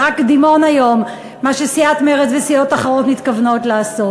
זה רק קדימון היום למה שסיעת מרצ וסיעות אחרות מתכוונות לעשות.